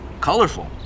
Colorful